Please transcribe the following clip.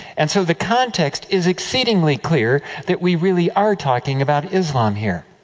and so, the context is exceedingly clear, that we really are talking about islam, here.